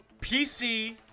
PC